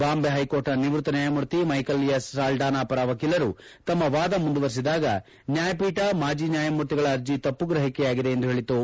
ಬಾಂಬೆ ಹೈಕೋರ್ಟ್ನ ನಿವ್ಯಕ್ತ ನ್ಯಾಯಮೂರ್ತಿ ಮೈಕೇಲ್ ಎಫ್ ಸಾಲ್ಡನಾ ಪರ ವಕೀಲರು ತಮ್ಮ ವಾದ ಮುಂದುವರೆಸಿದಾಗ ನ್ಕಾಯಪೀಠ ಮಾಜಿ ನ್ಕಾಯಮೂರ್ತಿಗಳ ಅರ್ಜಿ ತಪ್ಪು ಗ್ರಹಿಕೆಯಾಗಿದೆ ಎಂದು ಹೇಳಿತು